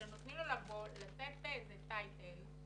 שנותנים לו לבוא לשאת באיזה טייטל,